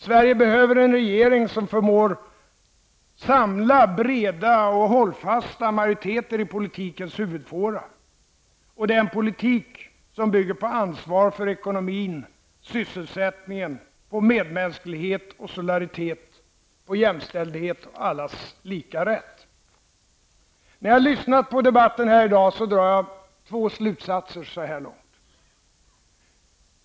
Sverige behöver en regering som förmår samla breda, hållfasta majoriteter i politikens huvudfåra och en politik som bygger på ansvar för ekonomin, sysselsättningen, medmänsklighet och solidaritet, jämställdhet och allas lika rätt. När jag lyssnat på debatten här i dag har jag dragit två slutsatser så här långt.